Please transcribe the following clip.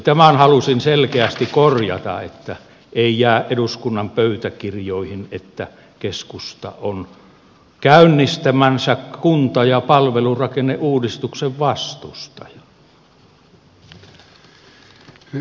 tämän halusin selkeästi korjata että ei jää eduskunnan pöytäkirjoihin että keskusta on käynnistämänsä kunta ja palvelurakenneuudistuksen vastustaja